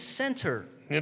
center